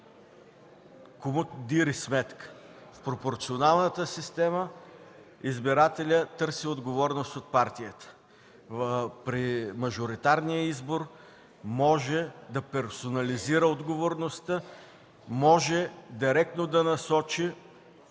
кому дири сметка. В пропорционалната система избирателят търси отговорност от партията, при мажоритарния избор може да персонализира отговорността, може директно да насочи